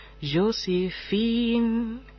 Josephine